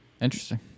interesting